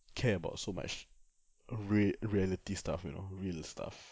care about so much re~ reality stuff you know real stuff